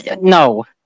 no